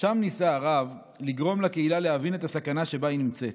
שם ניסה הרב לגרום לקהילה להבין את הסכנה שבה היא נמצאת.